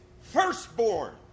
firstborn